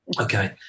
Okay